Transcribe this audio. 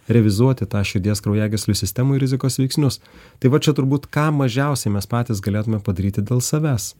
revizuoti tą širdies kraujagyslių sistemai rizikos veiksnius tai va čia turbūt ką mažiausiai mes patys galėtume padaryti dėl savęs